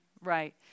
right